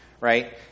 right